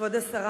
כבוד השרה,